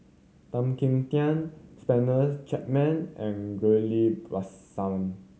Tan Kim Tian Spencer Chapman and Ghillie Basan